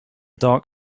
dark